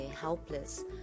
helpless